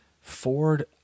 Ford